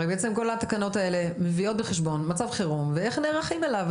בעצם התקנות האלה מביאות בחשבון מצב חירום ואיך נערכים אליו,